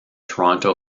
toronto